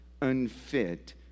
unfit